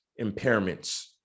impairments